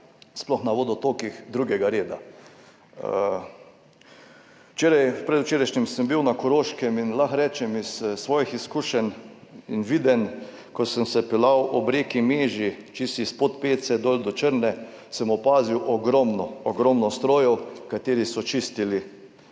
sploh na vodotokih drugega reda. Včeraj, predvčerajšnjim sem bil na Koroškem in lahko rečem iz svojih izkušenj in videnj, ko sem se peljal ob reki Meži, čisto iz Podpece dol do Črne, sem opazil ogromno, ogromno strojev, ki so čistili